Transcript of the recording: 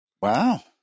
Wow